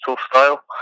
style